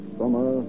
summer